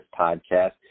podcast